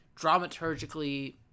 dramaturgically